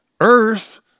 Earth